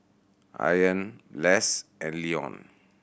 Ayaan Less and Leone